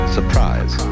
Surprise